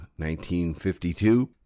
1952